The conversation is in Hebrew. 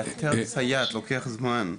לאתר סייעת לוקח זמן,